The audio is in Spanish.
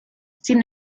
sin